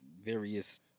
various